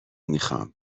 میخوام